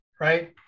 right